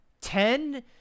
Ten